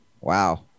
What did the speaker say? Wow